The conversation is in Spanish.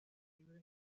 libre